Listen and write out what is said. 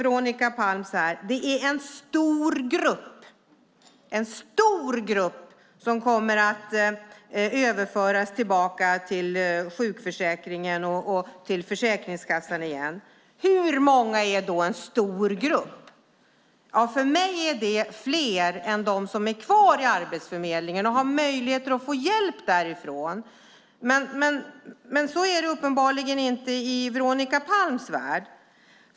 Veronica Palm säger en stor grupp kommer att föras tillbaka till sjukförsäkringen och Försäkringskassan. Hur många är "en stor grupp"? För mig är det fler än de som finns kvar hos Arbetsförmedlingen och som har möjlighet att få hjälp därifrån. Men så är det uppenbarligen inte i Veronica Palms värld.